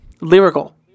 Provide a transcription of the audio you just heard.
lyrical